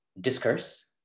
discourse